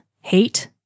Hate